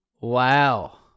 Wow